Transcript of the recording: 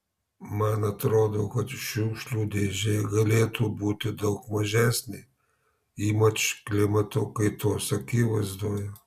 man atrodo kad šiukšlių dėžė galėtų būti daug mažesnė ypač klimato kaitos akivaizdoje